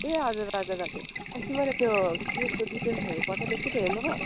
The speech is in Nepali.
ए हजुर हजुर हजुर अस्ति मैले त्यो केसको डिटेल्सहरू पठाइदिएको थिएँ त हेर्नुभयो